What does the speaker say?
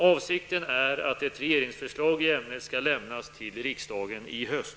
Avsikten är att ett regeringsförslag i ämnet skall lämnas till riksdagen i höst.